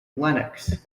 lennox